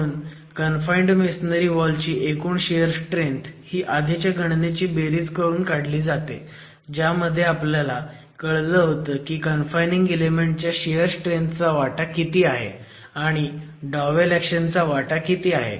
म्हणून confined masonry वॉलची एकूण शियर स्ट्रेंथ ही आधीच्या गणनेची बेरीज करून काढली जाते ज्यामध्ये आपल्याला कळलं होतं की कन्फायनिंग इलेमेंट च्या शियर स्ट्रेंथ चा वाटा किती आहे आणि डॉवेल ऍक्शन चा वाटा किती आहे